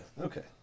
Okay